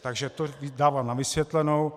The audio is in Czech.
Takže to dávám na vysvětlenou.